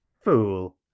fool